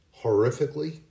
horrifically